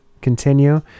continue